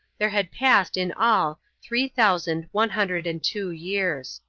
there had passed in all three thousand one hundred and two years.